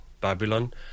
Babylon